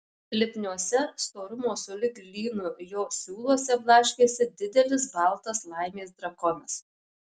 lipniuose storumo sulig lynu jo siūluose blaškėsi didelis baltas laimės drakonas